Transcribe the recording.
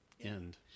end